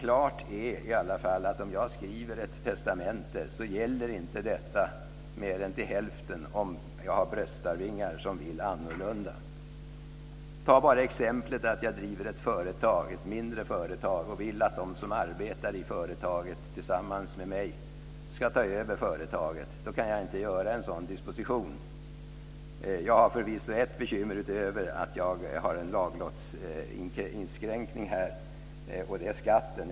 Klart är i alla fall att om jag skriver ett testamente gäller inte detta mer än till hälften om jag har bröstarvingar som vill annorlunda. Ta bara exemplet att jag driver ett mindre företag och vill att de som arbetar i företaget tillsammans med mig ska ta över företaget. En sådan disposition kan jag inte göra. Jag har förvisso ett bekymmer utöver att jag har en laglottsinskränkning, och det är skatten.